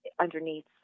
underneath